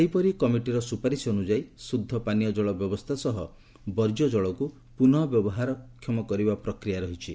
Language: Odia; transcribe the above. ସେହିପରି କମିଟିର ସୁପାରିସ୍ ଅନୁଯାୟୀ ଶୁଦ୍ଧ ପାନୀୟ ଜଳ ବ୍ୟବସ୍ଥା ସହ ବର୍ଜ୍ୟ ଜଳକୁ ପୁନଃ ବ୍ୟବହାରକ୍ଷମ କରିବା ପ୍ରକ୍ରିୟା ରହିଛି